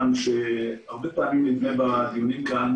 הרבה פעמים נדמה בדיונים כאן,